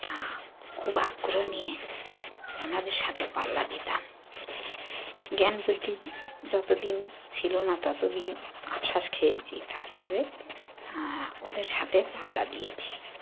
তা খুব আগ্রহ নিয়ে ওনাদের সাথে পাল্লা দিতাম জ্ঞান বুদ্ধি যতদিন ছিল না তত দিন আফসোস খেয়েছি তারপরে ওদের সাথে পাল্লা দিয়েছি